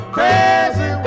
Crazy